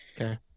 okay